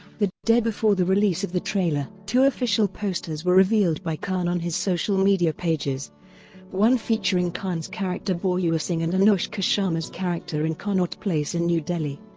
the day before the release of the trailer, two official posters were revealed by khan on his social media pages one featuring khan's character bauua singh and anushka sharma's character in connaught place in new delhi,